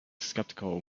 skeptical